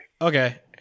Okay